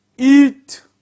Eat